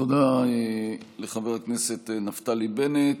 תודה לחבר הכנסת נפתלי בנט.